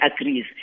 agrees